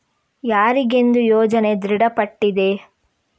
ಯಾರಿಗೆಂದು ಯೋಜನೆ ದೃಢಪಟ್ಟಿದೆ?